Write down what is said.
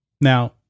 Now